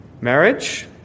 marriage